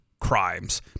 crimes